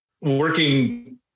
working